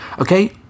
okay